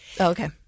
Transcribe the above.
Okay